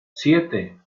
siete